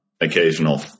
occasional